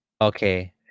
Okay